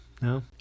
No